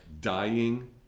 Dying